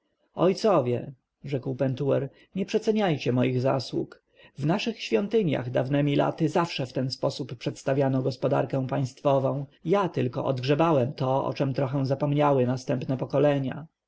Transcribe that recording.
ojcowie rzekł pentuer nie przeceniajcie moich zasług w naszych świątyniach dawnemi laty zawsze w ten sposób przedstawiano gospodarkę państwową ja tylko odgrzebałem to o czem trochę zapomniały następne pokolenia